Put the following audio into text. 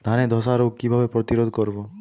ধানে ধ্বসা রোগ কিভাবে প্রতিরোধ করব?